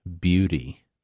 beauty